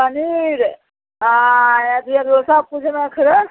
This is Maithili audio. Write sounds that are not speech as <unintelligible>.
पनीर हँ या <unintelligible> सबकिछु ने खएबै